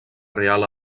real